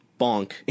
Bonk